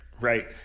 Right